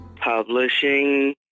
publishing